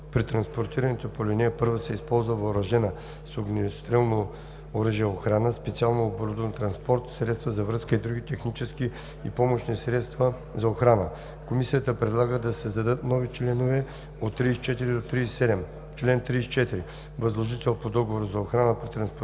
При транспортирането по ал. 1 се използва въоръжена с огнестрелно оръжие охрана, специално оборудван транспорт, средства за връзка и други технически и помощни средства за охрана.“ Комисията предлага да се създадат нови членове от 34 до 37: „Чл. 34. Възложител по договор за охрана при транспортиране